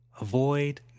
Avoid